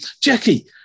Jackie